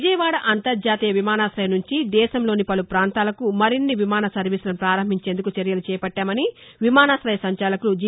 విజయవాడ అంతర్జాతీయ విమానాకరుం నుంచి దేశంలోని పలు పాంతాలకు మరిన్ని విమాన సర్వీసులను ప్రారంభించేందుకు చర్యలు చేపట్టామని విమానాశయ సంచాలకులు జి